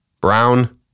brown